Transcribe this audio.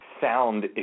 sound